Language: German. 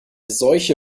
solche